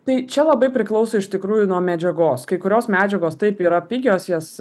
tai čia labai priklauso iš tikrųjų nuo medžiagos kai kurios medžiagos taip yra pigios jas